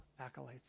accolades